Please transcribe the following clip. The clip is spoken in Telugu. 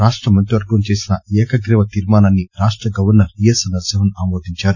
రాష్ట మంత్రివర్గం చేసిన ఏకగ్రీవ తీర్మానాన్ని రాష్ట్ర గవర్నర్ ఈఎస్ఎల్ నరసింహన్ ఆమోదించారు